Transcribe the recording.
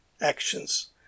actions